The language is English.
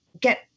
get